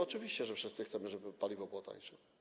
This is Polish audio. Oczywiście, że wszyscy chcemy, żeby paliwo było tańsze.